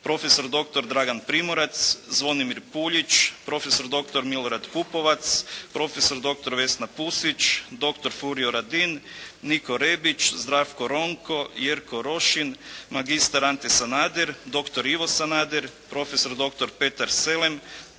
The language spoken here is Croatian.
doktor Dragan Primorac, Zvonimir Puljić, profesor doktor Milorad Pupovac, profesor doktor Vesna Pusić, doktor Furio Radin, Niko Rebić, Zdravko Ronko, Jerko Rošin, magistar Ante Sanader, doktor Ivo Sanader, profesor doktor Petar Selem,